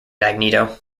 magneto